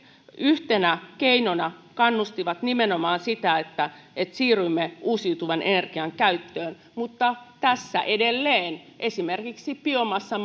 yhtenä keinona kannustivat nimenomaan sitä että että siirrymme uusiutuvan energian käyttöön mutta tässä edelleen esimerkiksi biomassan